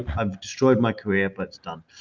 i've destroyed my career, but it's done.